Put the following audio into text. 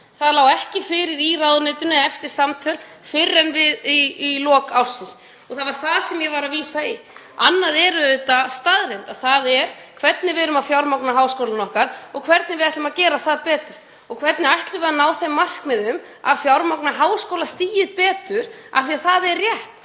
Það lá ekki fyrir í ráðuneytinu eftir samtöl fyrr en í lok ársins og það var það sem ég var að vísa í. Annað er auðvitað staðreynd, það hvernig við erum að fjármagna háskólana okkar og hvernig við ætlum að gera það betur og hvernig ætlum við að ná þeim markmiðum að fjármagna háskólastigið betur. Það er rétt,